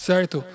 Certo